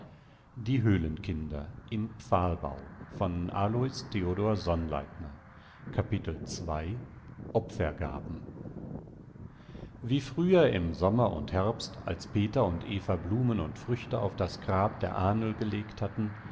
warmen höhle opfergaben wie früher im sommer und herbst als peter und eva blumen und früchte auf das grab der ahnl gelegt hatten